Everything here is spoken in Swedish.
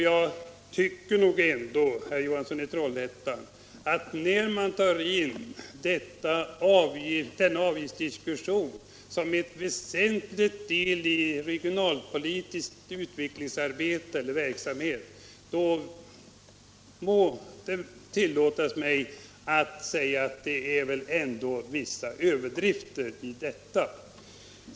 Jag tycker nog ändå, herr Johansson i Trollhättan, att när man tar in denna avgiftsdiskussion som en väsentlig del i regionalpolitiskt utvecklingsarbete och regionalpolitisk verksamhet, då må det tillåtas mig att säga att det väl är vissa överdrifter i detta.